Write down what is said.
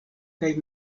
kaj